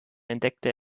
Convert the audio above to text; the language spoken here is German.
entdeckte